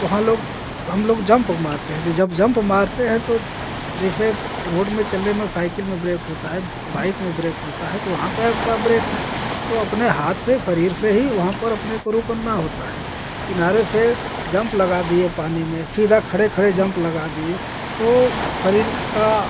तो वहाँ लोग हम लोग जंप ओंप मारते हैं तो जब जंप मारते हैं तो जैसे रोड में चलने में साइकिल में ब्रेक होता है बाइक में ब्रेक होता है तो वहाँ का क्या ब्रेक है तो अपने हाथ से शरीर से ही वहाँ पर अपने को रोकना होता है किनारे से जंप लगा दिए पानी में सीधा खड़े खड़े जंप लगा दिए तो शरीर का